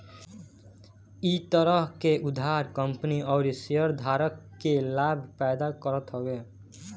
इ तरह के उधार कंपनी अउरी शेयरधारक के लाभ पैदा करत हवे